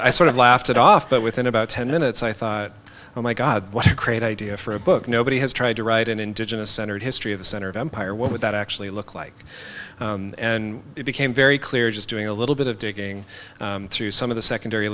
i sort of laughed it off but within about ten minutes i thought oh my god what a great idea for a book nobody has tried to write an indigenous entered history of the center of empire what would that actually look like and it became very clear just doing a little bit of digging through some of the secondary